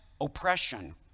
oppression